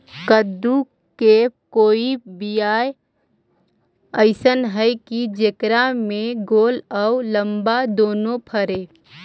कददु के कोइ बियाह अइसन है कि जेकरा में गोल औ लमबा दोनो फरे?